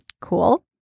Cool